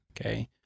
okay